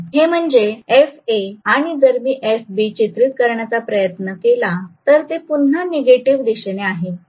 हे म्हणजे FA आणि जर मी FB चित्रित करण्याचा प्रयत्न केला तर ते पुन्हा निगेटिव्ह दिशेने आहे